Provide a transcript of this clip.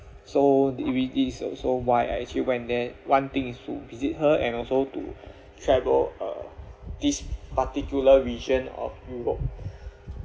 so the activity is also why I actually went there one thing is to visit her and also to travel uh this particular region of europe